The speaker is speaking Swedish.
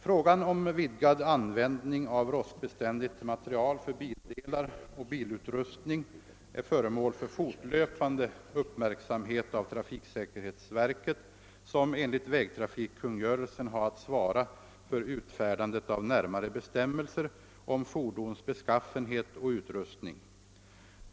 Frågan om vidgad användning av rostbeständigt material för bildelar och bilutrustning är föremål för fortlöpande uppmärksamhet av trafiksäkerhetsverket, som enligt vägtrafikkungörelsen har att svara för utfärdandet av närmare bestämmelser om fordons beskaffenhet och utrustning.